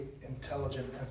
intelligent